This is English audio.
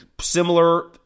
similar